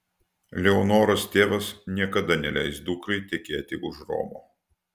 leonoros tėvas niekada neleis dukrai tekėti už romo